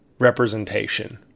representation